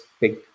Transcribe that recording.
big